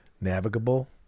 Navigable